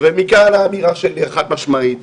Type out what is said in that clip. מכאן האמירה שלי היא חד משמעית,